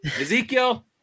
Ezekiel